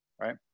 right